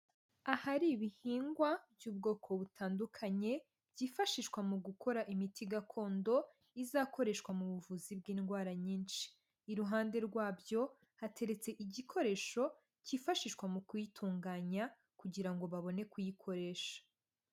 Ahari ibihingwa by'ubwoko butandukanye byifashishwa mu gukora imiti gakondo izakoreshwa mu buvuzi bw'indwara nyinshi, iruhande rwabyo hateretse igikoresho kifashishwa mu kuyitunganya kugira ngo babone kuyikoresha.